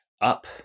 up